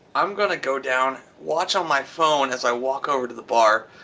i'm gonna go down, watch on my phone as i walk over to the bar,